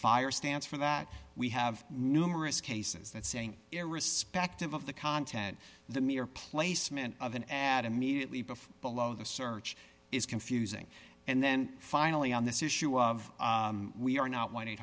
fire stands for that we have numerous cases that saying irrespective of the content the mere placement of an ad immediately before below the search is confusing and then finally on this issue of we are not one